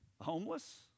Homeless